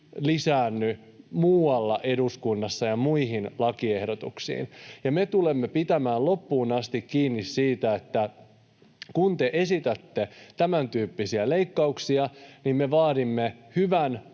lisäänny muualla eduskunnassa ja muihin lakiehdotuksiin. Me tulemme pitämään loppuun asti kiinni siitä, että kun te esitätte tämäntyyppisiä leikkauksia, niin me vaadimme hyvän